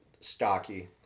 stocky